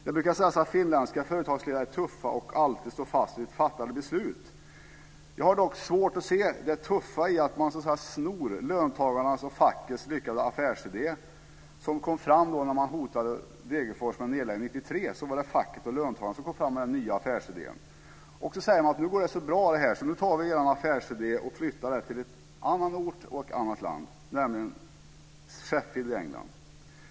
Det brukar sägas att finländska företagsledare är tuffa och alltid står fast vid fattade beslut. Jag har dock svårt att se det tuffa i att man snor löntagarnas och fackets lyckade affärsidé, som kom fram när man hotade Degerfors om nedläggning 1993. Då var det facket och löntagarna som kom fram med den nya affärsidén. Nu säger man: Nu går det här så bra, så nu tar vi er affärsidé och flyttar den till en annan ort i ett annat land, nämligen Sheffield i England.